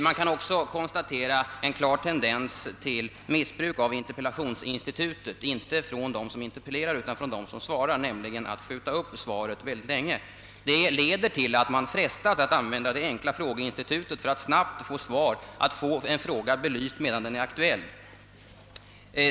Man kan också konstatera en klar tendens till missbruk av interpellationsinstitutet — inte från dem som interpelle rar utan från dem som svarar — genom att svaret skjuts upp mycket länge. Detta leder till att man frestas att använda det enkla frågeinstitutet för att snabbt få en fråga belyst medan den är aktuell.